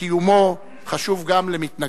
שקיומו חשוב גם למתנגדיו.